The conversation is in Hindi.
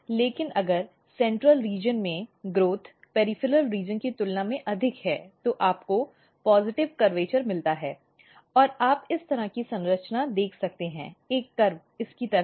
लेकिन अगर केंद्रीय क्षेत्र में ग्रोथ परिधीय क्षेत्र की तुलना में अधिक है तो आपको सकारात्मक कर्वेचर् मिलता है और आप इस तरह की संरचना देख सकते हैं एक कर्वे इसकी तरह